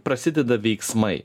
prasideda veiksmai